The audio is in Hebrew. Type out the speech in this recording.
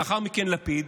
לאחר מכן לפיד,